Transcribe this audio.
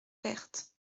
perthes